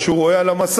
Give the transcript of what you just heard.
ומה שהוא רואה על המסך,